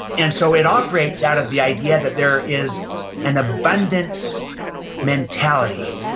and so, it operates out of the idea that there is an abundance mentality,